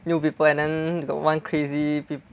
new people and then got one crazy pe~